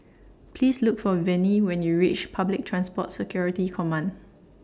Please Look For Venie when YOU REACH Public Transport Security Command